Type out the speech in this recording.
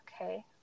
Okay